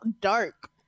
dark